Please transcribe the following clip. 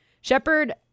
Shepard